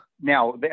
Now